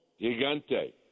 Gigante